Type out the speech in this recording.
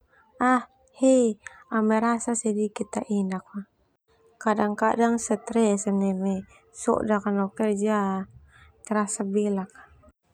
Ah, hei au merasa sedikit ta enak fa. Kadang-kadang setres ah neme sodak na no kerja terasa belak ka.